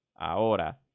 Ahora